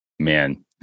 man